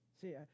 See